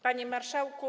Panie Marszałku!